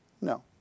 No